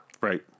Right